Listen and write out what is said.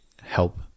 help